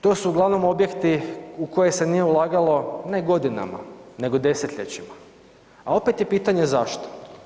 To su uglavnom objekti u koje se nije ulagalo ne godinama, nego desetljećima, a opet je pitanje zašto.